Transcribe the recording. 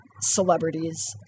celebrities